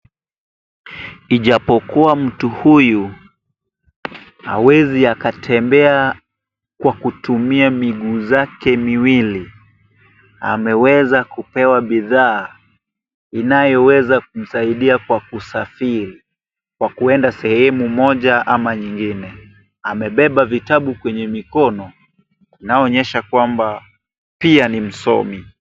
Ijapokuwa mtu huyu hawezi akatembea kwa kutumia miguu yake miwili, ameweza kupewa bidhaa inayoweza kumsaidia kwa kusafiri, kwa kuenda sehemu moja ama nyingine. Amebeba vitabu kwenye mikono, inayoonyesha kwamba pia ni msomi.